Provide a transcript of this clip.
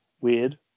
weird